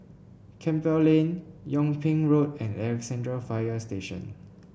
Campbell Lane Yung Ping Road and Alexandra Fire Station